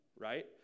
right